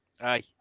Aye